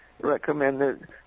recommended